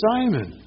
Simon